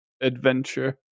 adventure